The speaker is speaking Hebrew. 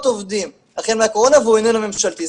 עובדים החל מהקורונה והוא איננו ממשלתי.